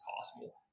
possible